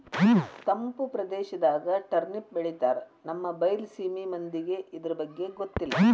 ತಪ್ಪು ಪ್ರದೇಶದಾಗ ಟರ್ನಿಪ್ ಬೆಳಿತಾರ ನಮ್ಮ ಬೈಲಸೇಮಿ ಮಂದಿಗೆ ಇರ್ದಬಗ್ಗೆ ಗೊತ್ತಿಲ್ಲ